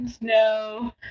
No